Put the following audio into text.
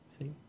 See